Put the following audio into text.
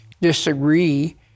disagree